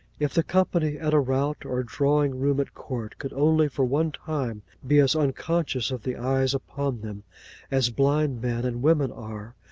if the company at a rout, or drawing-room at court, could only for one time be as unconscious of the eyes upon them as blind men and women are,